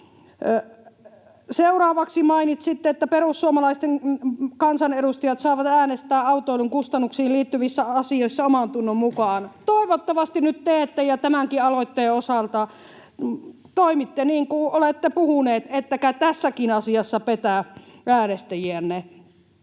Seuraavaksi mainitsitte, että perussuomalaisten kansanedustajat saavat äänestää autoilun kustannuksiin liittyvissä asioissa omantunnon mukaan. Toivottavasti nyt teette ja tämänkin aloitteen osalta toimitte niin kuin olette puhuneet, ettekä tässäkin asiassa petä äänestäjiänne.